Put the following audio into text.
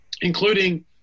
including